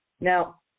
Now